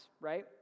right